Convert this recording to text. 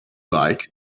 like